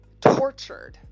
tortured